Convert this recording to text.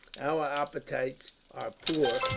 our appetites are poor,